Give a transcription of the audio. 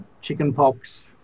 Chickenpox